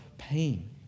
pain